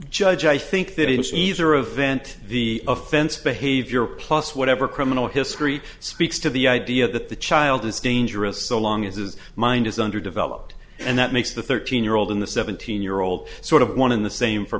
judge i think that in caesar of vent the offense behavior plus whatever criminal history speaks to the idea that the child is dangerous so long as his mind is underdeveloped and that makes the thirteen year old in the seventeen year old sort of one in the same for